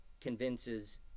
convinces